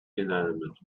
inanimate